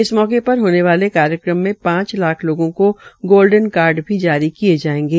इस मौके पर होने वाले कार्यक्रम में पांच लाख लोगों को गोल्डन लैंड भी जारी किय जायेंगे